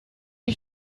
ich